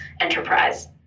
enterprise